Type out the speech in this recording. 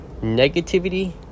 Negativity